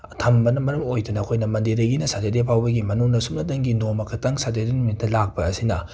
ꯊꯝꯕꯅ ꯃꯔꯝ ꯑꯣꯏꯗꯨꯅ ꯑꯩꯈꯣꯏꯅ ꯃꯟꯗꯦꯗꯒꯤꯅ ꯁꯇꯗꯦ ꯐꯥꯎꯕꯒꯤ ꯃꯅꯨꯡꯗ ꯁꯨꯞꯅꯇꯒꯤ ꯅꯣꯡꯃ ꯈꯛꯇꯪ ꯁꯇꯗꯦ ꯅꯨꯃꯤꯠꯇ ꯂꯥꯛꯄ ꯑꯁꯤꯅ